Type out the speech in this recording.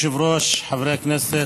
אדוני היושב-ראש, חברי הכנסת,